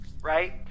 right